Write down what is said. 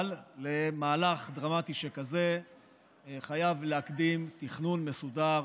אבל למהלך דרמטי שכזה חייבים להקדים תכנון מסודר